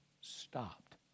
stopped